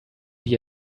wie